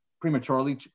prematurely